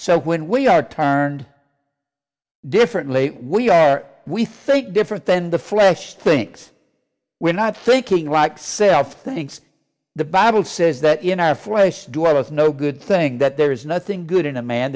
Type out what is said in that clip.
so when we are turned differently we are we think different then the flesh thinks we're not thinking like self thinks the bible says that in our flesh do us no good thing that there is nothing good in a man